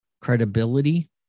credibility